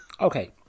Okay